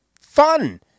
fun